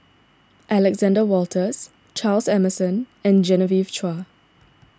Alexander Wolters Charles Emmerson and Genevieve Chua